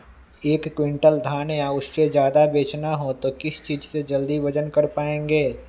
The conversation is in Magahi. एक क्विंटल धान या उससे ज्यादा बेचना हो तो किस चीज से जल्दी वजन कर पायेंगे?